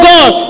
God